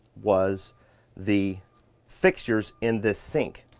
was the fixtures in this sink.